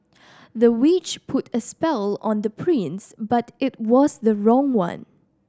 the witch put a spell on the prince but it was the wrong one